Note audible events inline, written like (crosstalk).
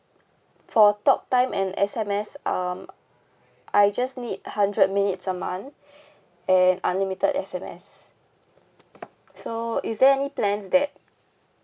for talk time and S_M_S um I just need a hundred minutes a month (breath) and unlimited S_M_S so is there any plans that